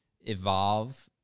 evolve